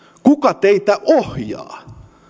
kuka teitä ohjaa